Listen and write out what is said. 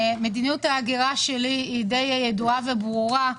מדיניות ההגירה שלי ידועה וברורה,